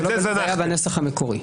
זה היה בנוסח המקורי,